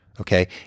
Okay